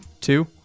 two